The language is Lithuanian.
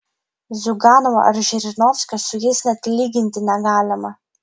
ziuganovo ar žirinovskio su jais net lyginti negalima